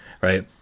Right